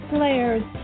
Players